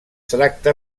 tracta